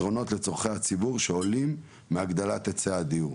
פתרונות לצרכי הציבור שעולים מהגדלת היצע הדיור.